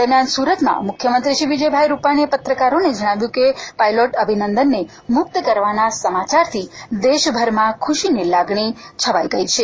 દરમિયાન સુરતમાં મુખ્યમંત્રી શ્રી વિજય રૂપાણીએ પત્રકારોને જણાવ્યું કે પાઇલોટ અભિનંદનને મુક્ત કરવાના સમાચારથી દેશભરમાં ખુશીની લાગણી છવાઇ છે